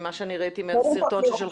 ממה שאני ראיתי מהסרטון ששלחו לנו.